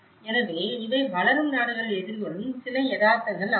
எனவே இவை வளரும் நாடுகள் எதிர்கொள்ளும் சில யதார்த்தங்கள் ஆகும்